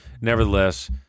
nevertheless